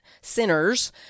sinners